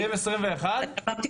אמרתי